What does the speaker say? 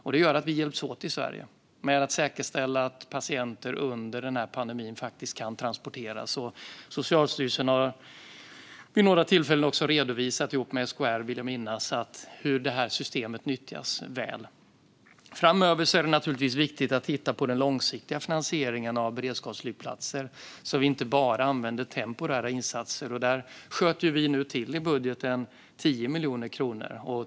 Det innebär att vi hjälps åt i Sverige med att säkerställa att patienter under pandemin faktiskt kan transporteras. Jag vill minnas att Socialstyrelsen tillsammans med SKR har redovisat hur systemet nyttjas väl. Framöver är det naturligtvis viktigt att titta på den långsiktiga finansieringen av beredskapsflygplatser så att vi inte bara använder temporära insatser. Där skjuter vi nu till 10 miljoner kronor i budgeten.